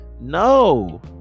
no